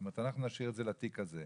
זאת אומרת אנחנו נשאיר את זה לתיק הזה,